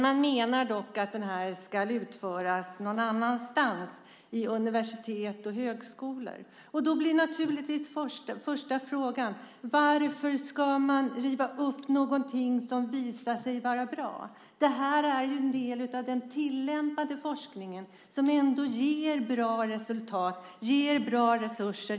Man menar dock att den ska utföras någon annanstans, på universitet och högskolor. Då blir naturligtvis den första frågan: Varför ska man riva upp något som visar sig vara bra? Det här ju en del av den tillämpade forskningen som ändå ger bra resultat och bra resurser.